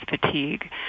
fatigue